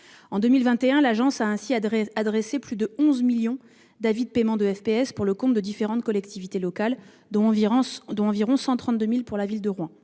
En 2021, l'Agence a ainsi adressé plus de 11 millions d'avis de paiement de FPS pour le compte de différentes collectivités locales, dont environ 132 000 pour la ville de Rouen-